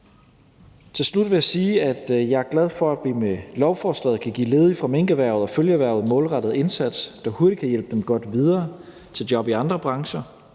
Til slut vil jeg sige, at jeg er glad for, at vi med lovforslaget kan give ledige fra minkerhvervet og følgeerhverv en målrettet indsats, der hurtigt kan hjælpe dem godt videre til job i andre brancher,